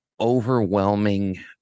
overwhelming